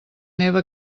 neva